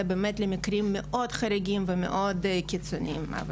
באמת למקרים מאוד חריגים ומאוד קיצוניים.